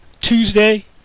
Tuesday